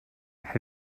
have